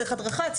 צריך הדרכה,